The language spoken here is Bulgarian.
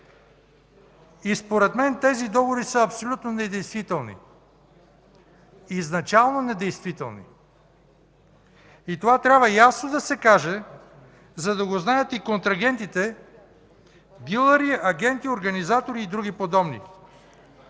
И, според мен, тези договори са абсолютно недействителни, изначално недействителни. И това трябва ясно да се каже, за да го знаят и контрагентите, дилъри, агенти, организатори и други подобни.